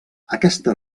aquesta